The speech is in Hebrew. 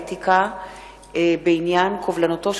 התש"ע 2010,